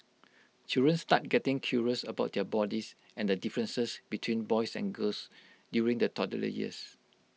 children start getting curious about their bodies and the differences between boys and girls during the toddler years